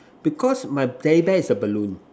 because my teddy bear is a balloon